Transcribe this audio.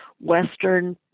Western